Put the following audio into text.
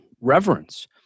reverence